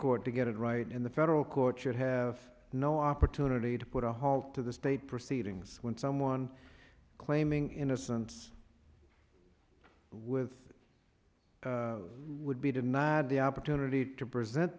court to get it right and the federal court should have no opportunity to put a halt to the state proceedings when someone claiming innocence with it would be denied the opportunity to present